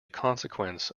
consequence